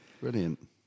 brilliant